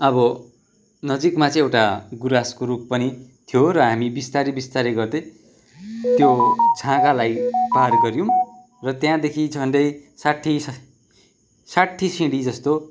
अब नजिकमा चाहिँ एउटा गुराँसको रुख पनि थियो र हामी बिस्तारी बिस्तारी गर्दै त्यो छाँगालाई पार गऱ्यौँ र त्यहाँदेखि झन्डै साठी सा साठी सिँढी जस्तो